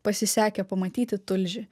pasisekę pamatyti tulžį